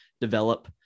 develop